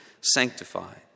sanctified